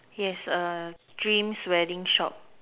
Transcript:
yes err dreams wedding shop